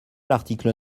l’article